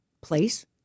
place